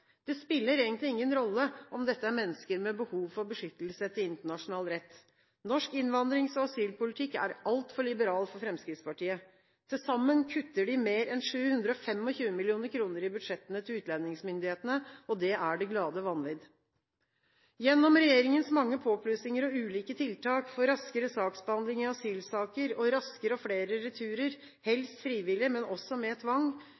Det spiller ingen rolle om dette er mennesker med behov for beskyttelse etter internasjonal rett. Norsk innvandrings- og asylpolitikk er altfor liberal for Fremskrittspartiet; til sammen kutter de mer enn 725 mill. kr i budsjettene til utlendingsmyndighetene. Det er det glade vanvidd! Gjennom regjeringens mange påplussinger og ulike tiltak for raskere saksbehandling i asylsaker og raskere og flere returer – helst frivillig, men også med tvang